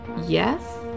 Yes